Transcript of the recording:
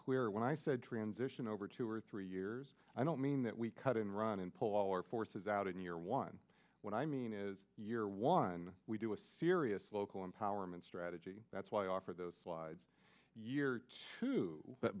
clear when i said transition over two or three years i don't mean that we cut and run and pull all our forces out in year one when i mean is year one we do a serious local empowerment strategy that's why offer those slides year to that